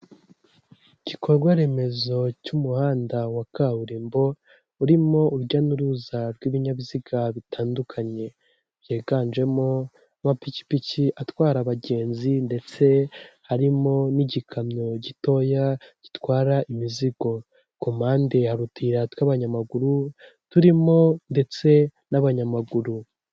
Igikorwa remezo cy'umuhanda wa kaburimbo urimo urujya n'uruza rw'ibinyabiziga bitandukanye byiganjemo amapikipiki atwara abagenzi ndetse harimo n'igikamyo gitoya gitwara imizigo, ku mpande hari utuyira tw'abanyamaguru turimo ndetse n'abanyamaguru.